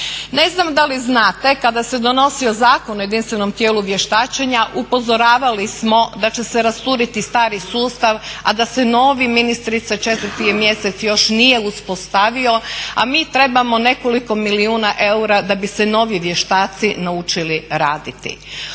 Ne znam da li znate kada se donosio Zakon o jedinstvenom tijelu vještačenja upozoravali smo da će se rasturiti stari sustav a da se novi, ministrice četvrti je mjesec, još nije uspostavio a mi trebamo nekoliko milijuna eura da bi se novi vještaci naučili raditi.